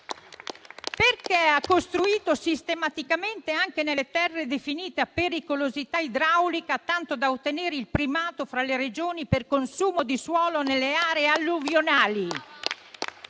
Perché ha costruito sistematicamente, anche nelle terre definite a pericolosità idraulica, tanto da ottenere il primato fra le Regioni per consumo di suolo nelle aree alluvionali?